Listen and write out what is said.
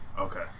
Okay